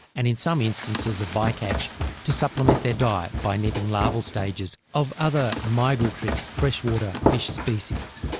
and in some instances of by-catch to supplement their diet by netting larval stages of other migratory freshwater fish species.